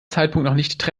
zeitpunkt